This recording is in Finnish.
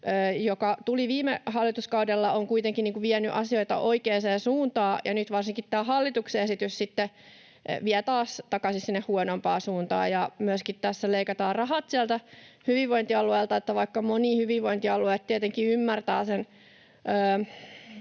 joka tuli viime hallituskaudella, on kuitenkin vienyt asioita oikeaan suuntaan. Nyt varsinkin tämä hallituksen esitys sitten vie taas takaisin sinne huonompaan suuntaan, ja tässä myöskin leikataan rahat sieltä hyvinvointialueilta. Vaikka moni hyvinvointialue tietenkin